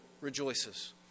rejoices